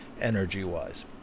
energy-wise